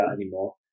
anymore